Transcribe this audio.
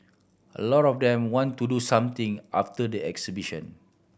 a lot of them want to do something after the exhibition